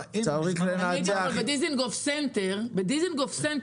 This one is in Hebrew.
אדם שלמד עשרות שנים איך לסבוב את המדינה ולייצג את הגופים הגדולים